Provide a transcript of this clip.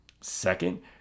Second